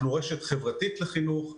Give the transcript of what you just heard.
אנחנו רשת חברתית לחינוך.